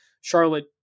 Charlotte